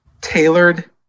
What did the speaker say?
tailored